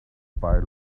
pile